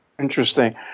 interesting